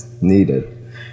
needed